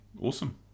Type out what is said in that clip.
awesome